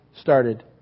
started